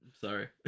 sorry